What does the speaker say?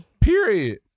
period